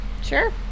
Sure